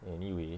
anyway